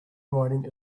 riding